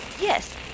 Yes